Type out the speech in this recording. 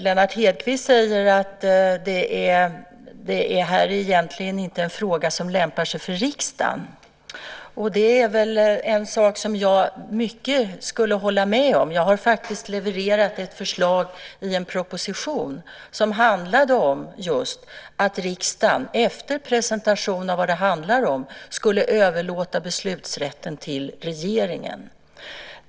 Lennart Hedquist säger att det egentligen inte är en fråga som lämpar sig för riksdagen. Det är en sak som jag skulle kunna hålla med om. I en proposition har jag faktiskt levererat ett förslag som handlade om att riksdagen, efter presentation av vad det handlar om, skulle överlåta beslutsrätten till regeringen.